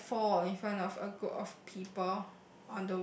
tripping and fall in front of a group of people